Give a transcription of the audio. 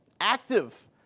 active